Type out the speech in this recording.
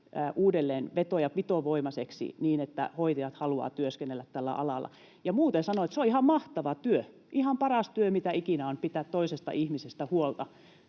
uudelleen veto- ja pitovoimaiseksi, niin että hoitajat haluavat työskennellä tällä alalla. Ja sanon muuten, että se on ihan mahtava työ, ihan paras työ, mitä ikinä on: pitää toisesta ihmisestä huolta